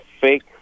fake